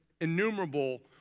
innumerable